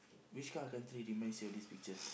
which kind of country did mine show this picture